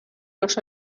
los